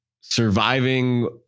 surviving